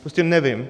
Prostě nevím.